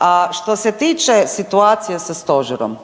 A što se tiče situacije sa stožerom,